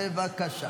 בבקשה.